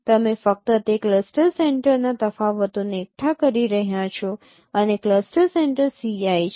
તમે ફક્ત તે ક્લસ્ટર સેન્ટરના તફાવતોને એકઠા કરી રહ્યા છો અને ક્લસ્ટર સેન્ટર Ci છે